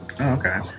okay